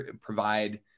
provide